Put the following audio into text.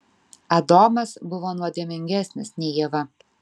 adomas buvo nuodėmingesnis nei ieva